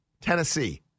Tennessee